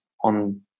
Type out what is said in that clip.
on